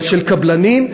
של קבלנים,